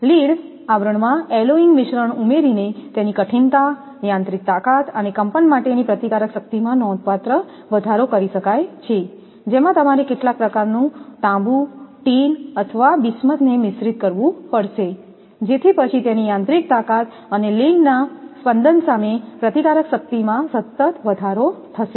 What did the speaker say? lead આવરણ માં alloying મિશ્રણ ઉમેરીને તેની કઠિનતા યાંત્રિક તાકાત અને કંપન માટેની પ્રતિકારક શક્તિ માં નોંધપાત્ર વધારો કરી શકાય છે જેમાં તમારે કેટલાક પ્રકાર નું તાંબુ ટીન અથવા બિસ્મથને મિશ્રિત કરવું પડશે જેથી પછી તેની યાંત્રિક તાકાત અને લીડના સ્પંદન સામે પ્રતિકાર શક્તિ માં સતત વધારો થશે